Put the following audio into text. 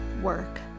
work